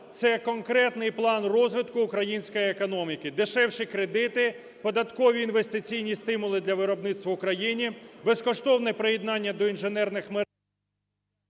це конкретний план розвитку української економіки: дешевші кредити, податкові інвестиційні стимули для виробництва у країні, безкоштовне приєднання до інженерних мереж.